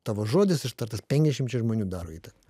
tavo žodis ištartas penkiasdešimčiai žmonių daro įtaką